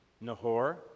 Nahor